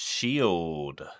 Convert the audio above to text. Shield